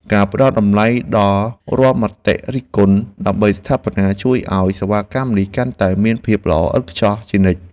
ការផ្តល់តម្លៃដល់រាល់មតិរិះគន់ដើម្បីស្ថាបនា ជួយឱ្យសេវាកម្មនេះកាន់តែមានភាពល្អឥតខ្ចោះជានិច្ច។